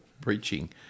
preaching